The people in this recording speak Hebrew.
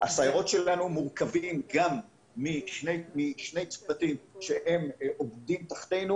הסיירות שלנו מורכבות גם משני צוותים שעובדים תחתינו